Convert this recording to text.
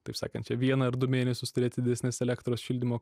taip sakančią vieną ar du mėnesius turėti didesnes elektros šildymo